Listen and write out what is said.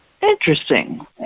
Interesting